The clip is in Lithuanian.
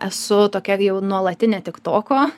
esu tokia jau nuolatinė tik toko